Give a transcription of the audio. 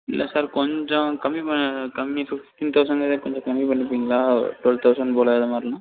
இல்லை சார் கொஞ்சம் கம்மி ப கம்மி ஃபிஃப்ட்டின் தௌசண்டில் எதாது கொஞ்சம் கம்மி பண்ணிப்பிங்களா ட்வெல் தௌசண்ட் போல் அதை மாதிரினா